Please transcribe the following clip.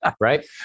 Right